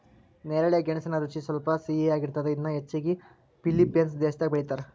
ನೇರಳೆ ಗೆಣಸಿನ ರುಚಿ ಸ್ವಲ್ಪ ಸಿಹಿಯಾಗಿರ್ತದ, ಇದನ್ನ ಹೆಚ್ಚಾಗಿ ಫಿಲಿಪೇನ್ಸ್ ದೇಶದಾಗ ಬೆಳೇತಾರ